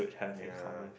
ya